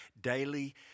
daily